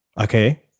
Okay